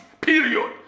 period